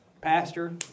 Pastor